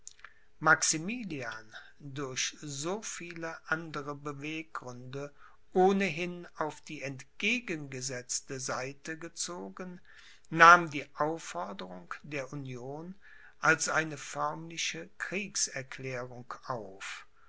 maximilian durch so viele andere beweggründe ohnehin auf die entgegengesetzte seite gezogen nahm die aufforderung der union als eine förmliche kriegserklärung auf